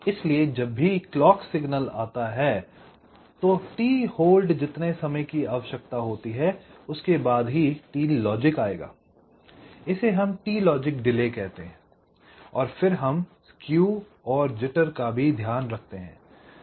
इसलिए जब भी क्लॉक सिग्नल आता है तो t होल्ड जितने समय की आवश्यकता होती है उसके बाद ही t लॉजिक आएगा इसे हम t लॉजिक डिले कहते हैं और फिर हम स्केव और जिटर का भी ध्यान रखते है